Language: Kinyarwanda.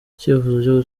icyifuzo